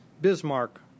Bismarck